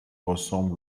ressemble